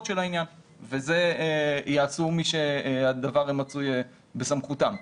של העניין וזה יעשו מי שהדבר מצוי בסמכותם.